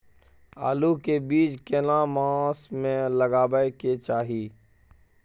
आलू के बीज केना मास में लगाबै के चाही?